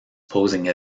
posing